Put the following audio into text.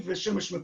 בכסף לציבור,